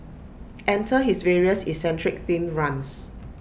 enter his various eccentric themed runs